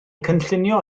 cynllunio